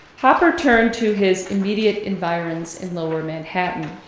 hopper turned to his immediate environs in lower manhattan,